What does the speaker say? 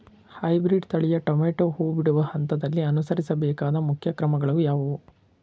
Hybrid ತಳಿಯ tomato ಹೂ ಬಿಡುವ ಹಂತದಲ್ಲಿ ಅನುಸರಿಸಬೇಕಾದ ಮುಖ್ಯ ಕ್ರಮಗಳು ಯಾವುವು?